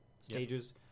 stages